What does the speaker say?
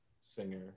singer